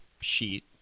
sheet